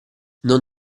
non